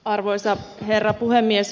arvoisa herra puhemies